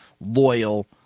loyal